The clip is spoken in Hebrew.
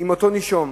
עם הנישום.